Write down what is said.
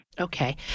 Okay